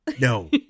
no